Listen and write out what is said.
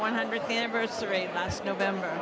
one hundredth anniversary last november